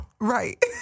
Right